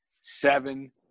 seven